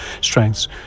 strengths